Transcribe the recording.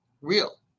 real